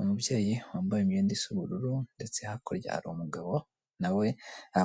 Umubyeyi wambaye imyenda isa ubururu ndetse hakurya hari umugabo na we